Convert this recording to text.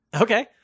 Okay